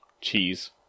Cheese